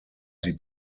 sie